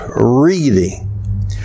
reading